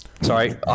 Sorry